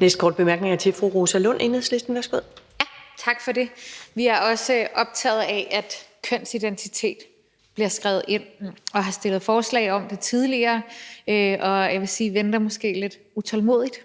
næste korte bemærkning er til fru Rosa Lund, Enhedslisten. Kl. 10:19 Rosa Lund (EL): Tak for det. Vi er også optaget af, at kønsidentitet bliver skrevet ind, og har stillet forslag om det tidligere og – vil jeg sige – venter måske også lidt utålmodigt